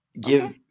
Give